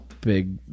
big